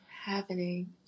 happening